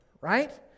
right